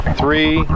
three